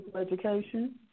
education